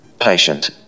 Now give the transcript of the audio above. Patient